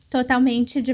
Totalmente